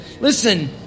Listen